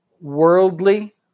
worldly